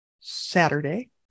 Saturday